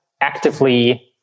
actively